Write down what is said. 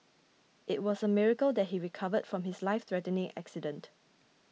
it was a miracle that he recovered from his lifethreatening accident